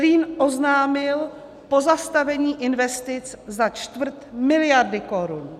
Zlín oznámil pozastavení investic za čtvrt miliardy korun.